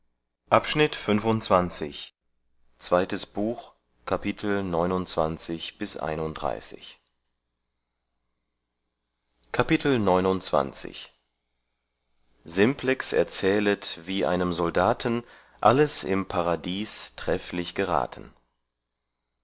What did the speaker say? simplex erzählet wie einem soldaten alles im paradies trefflich geraten